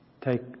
Take